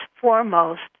foremost